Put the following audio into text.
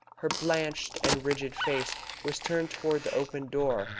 her blanched and rigid face was turned towards the open door,